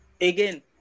again